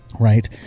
Right